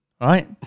Right